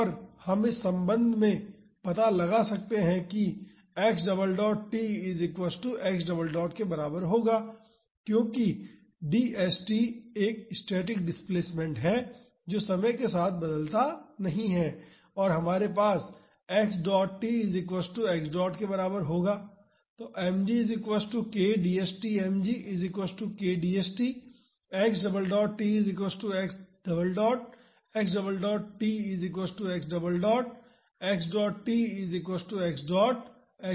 और हम इस संबंध से पता लगा सकते हैं कि के बराबर होगा क्योंकि dst एक स्टैटिक डिस्प्लेसमेंट है जो समय के साथ बदलता नहीं है और हमारे पास के बराबर होगा